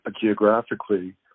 geographically